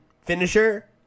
finisher